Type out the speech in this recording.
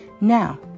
Now